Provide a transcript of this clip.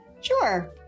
Sure